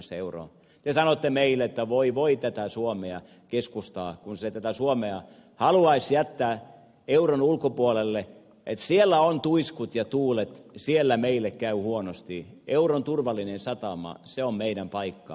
te sanoitte meille että voi voi tätä keskustaa kun se suomen haluaisi jättää euron ulkopuolelle siellä on tuiskut ja tuulet siellä meille käy huonosti euron turvallinen satama se on meidän paikka